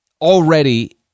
already